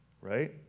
right